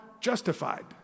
justified